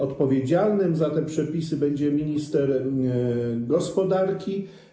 Odpowiedzialnym za te przepisy będzie minister gospodarki.